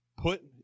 Put